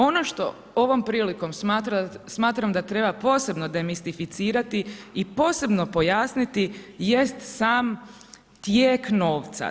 Ono što ovom prilikom smatram da treba posebno demistificirati i posebno pojasniti jest sam tijek novca.